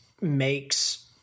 makes